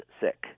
sick